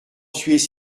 suis